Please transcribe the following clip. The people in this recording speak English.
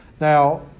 Now –